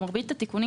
מרבית התיקונים,